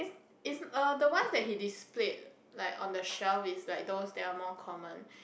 is a the one that he displayed like on the shelf is like those they are more common